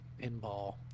pinball